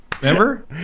Remember